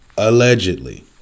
Allegedly